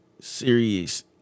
serious